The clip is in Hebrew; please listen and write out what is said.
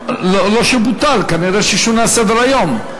לא שבוטל, כנראה שונה סדר-היום.